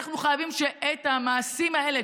אנחנו חייבים שהמעשים האלה,